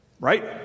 Right